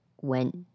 went